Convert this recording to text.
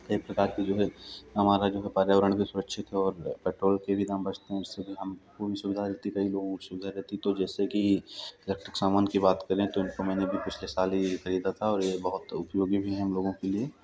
एक प्रकार की जो है हमारा जो है पर्यावरण भी सुरक्षित है और पेट्रोल के भी दाम बचते हैं उससे भी हमको भी सुविधा रहती है कई लोगों को सुविधा रहती है तो जैसे कि इलेक्ट्रिक सामान की बात करें तो को मैंने अभी पिछले साल ही खरीदा था और ये बहुत उपयोगी भी है हम लोगों के लिए